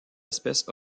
espèces